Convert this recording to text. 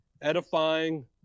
Edifying